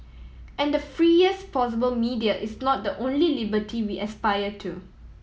and the freest possible media is not the only liberty we aspire to